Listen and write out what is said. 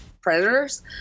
predators